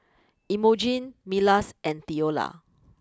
Imogene Milas and Theola